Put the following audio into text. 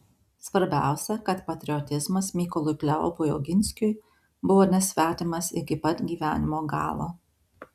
svarbiausia kad patriotizmas mykolui kleopui oginskiui buvo nesvetimas iki pat gyvenimo galo